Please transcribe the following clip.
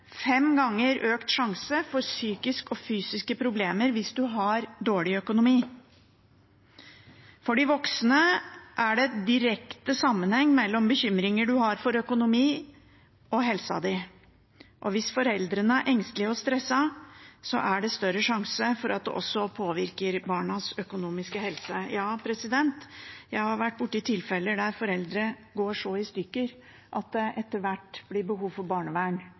fem ganger økt risiko for psykiske og fysiske problemer hvis en har dårlig økonomi. For de voksne er det en direkte sammenheng mellom bekymringer en har for økonomi og egen helse. Hvis foreldrene er engstelige og stresset, er det større risiko for at det også påvirker barnas psykiske helse – ja, jeg har vært borti tilfeller der foreldre går så «i stykker» at det etter hvert blir behov for barnevern,